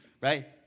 right